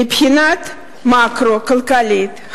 מבחינה מקרו-כלכלית,